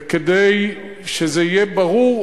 וכדי שזה יהיה ברור,